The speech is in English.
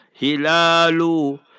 hilalu